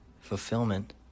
fulfillment